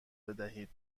بدهید